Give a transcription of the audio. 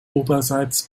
oberseits